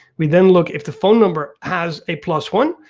we then look if the phone number has a plus one,